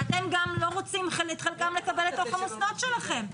ואת חלקם אתם לא רוצים לקבל לתוך המוסדות שלכם,